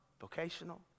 vocational